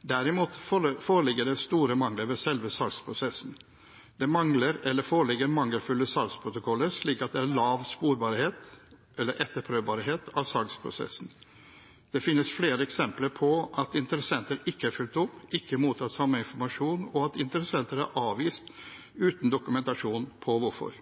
Derimot foreligger det store mangler ved selve salgsprosessen. Det mangler eller foreligger mangelfulle salgsprotokoller, slik at det er lav sporbarhet/etterprøvbarhet av salgsprosessen. Det finnes flere eksempler på at interessenter ikke er fulgt opp, ikke har mottatt samme informasjon, og at interessenter er avvist uten dokumentasjon på hvorfor.